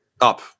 up